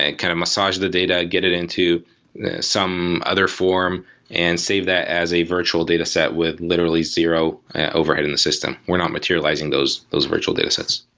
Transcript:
and kind of massage the data, get it into some other form and save that as a virtual dataset with literally zero overhead in the system. we're not materializing those those virtual datasets.